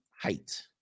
height